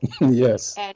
yes